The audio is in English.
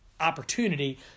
opportunity